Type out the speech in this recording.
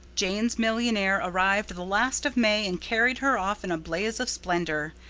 jane's millionaire arrived the last of may and carried her off in a blaze of splendor.